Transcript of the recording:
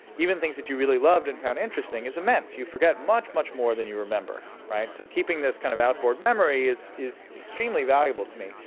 even things that you really love and found interesting is immense. you forget much, much more than you remember, right? so, keeping this kind of outboard memory is is extremely valuable to me.